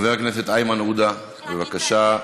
חבר הכנסת איימן עודה, בבקשה.